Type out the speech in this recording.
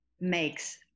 makes